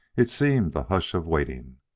it seemed a hush of waiting.